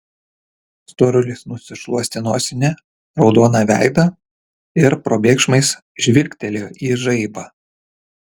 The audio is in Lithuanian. storulis nusišluostė nosine raudoną veidą ir probėgšmais žvilgtelėjo į žaibą